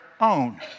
own